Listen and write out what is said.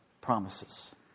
promises